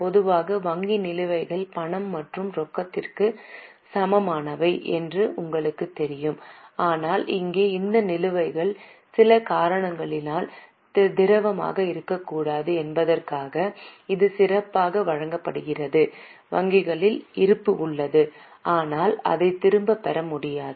பொதுவாக வங்கி நிலுவைகள் பணம் மற்றும் ரொக்கத்திற்கு சமமானவை என்பது உங்களுக்குத் தெரியும் ஆனால் இங்கே இந்த நிலுவைகள் சில காரணங்களால் திரவமாக இருக்கக்கூடாது என்பதற்காக இது சிறப்பாக வழங்கப்படுகிறது வங்கியில் இருப்பு உள்ளது ஆனால் அதை திரும்பப் பெற முடியாது